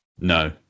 No